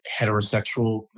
heterosexual